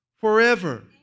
forever